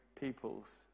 peoples